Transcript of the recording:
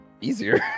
easier